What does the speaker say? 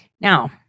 Now